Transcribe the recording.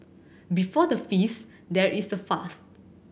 before the feast there is the fast